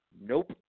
Nope